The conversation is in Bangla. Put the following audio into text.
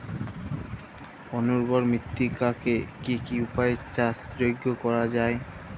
অনুর্বর মৃত্তিকাকে কি কি উপায়ে চাষযোগ্য করা যায়?